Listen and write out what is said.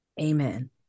Amen